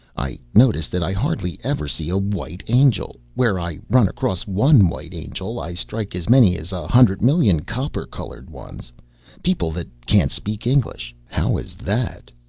i notice that i hardly ever see a white angel where i run across one white angel, i strike as many as a hundred million copper-colored ones people that can't speak english. how is that?